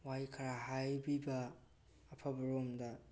ꯋꯥꯍꯩ ꯈꯔ ꯍꯥꯏꯕꯤꯕ ꯑꯐꯕ ꯔꯣꯝꯗ